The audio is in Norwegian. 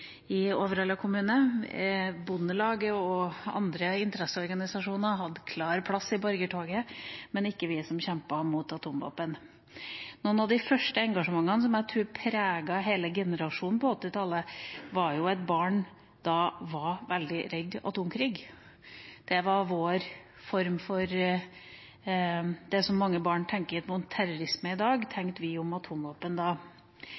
i 17. mai-toget i Overhalla kommune. Bondelaget og andre interesseorganisasjoner hadde klar plass i borgertoget, men ikke vi som kjempet mot atomvåpen. Noe av engasjementet som jeg tror preget hele generasjonen på 1980-tallet, var jo at barn da var veldig redd for atomkrig. Det som mange barn tenker om terrorisme i dag, tenkte vi om atomvåpen da.